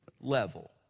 level